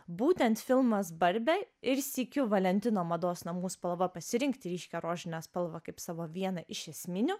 būtent filmas barbė ir sykiu valentino mados namų spalva pasirinkti ryškią rožinę spalvą kaip savo vieną iš esminių